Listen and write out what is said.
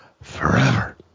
Forever